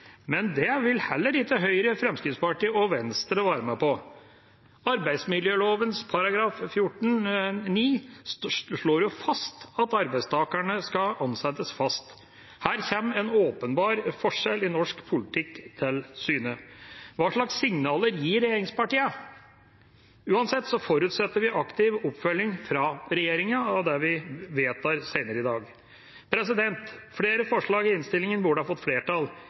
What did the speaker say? Men det vil heller ikke Høyre, Fremskrittspartiet og Venstre være med på. Arbeidsmiljøloven § 14-9 slår fast at arbeidstakerne skal ansettes fast. Her kommer en åpenbar forskjell i norsk politikk til syne. Hva slags signaler gir regjeringspartiene? Uansett forutsetter vi aktiv oppfølging fra regjeringa av det vi vedtar senere i dag. Flere forslag i innstillingen burde ha fått flertall.